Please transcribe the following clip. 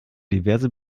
diverse